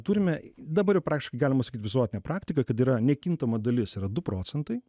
turime dabar praktiškai galima sakyti visuotinė praktika kad yra nekintama dalis yra du procentai